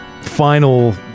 final